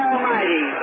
Almighty